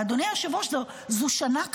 ואדוני היושב-ראש, זו שנה כזאת.